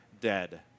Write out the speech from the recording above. dead